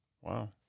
Wow